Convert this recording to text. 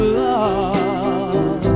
love